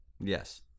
yes